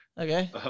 Okay